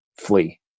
flee